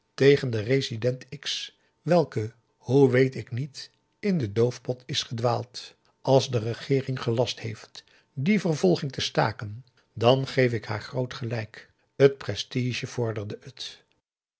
tegen den resident x welke hoe weet ik niet in den doofpot is gedwaald als de regeering gelast heeft die vervolging te staken dan geef ik haar groot gelijk t prestige vorderde het